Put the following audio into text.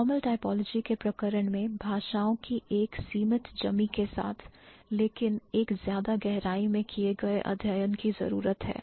Formal typology के प्रकरण में भाषाओं की एक सीमित जमी के साथ लेकिन एक ज्यादा गहराई में किए गए अध्ययन की जरूरत है